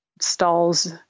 stalls